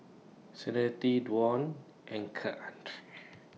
Serenity Dwan and Keandre